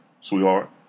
sweetheart